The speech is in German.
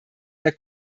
der